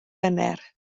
wener